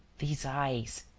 these eyes.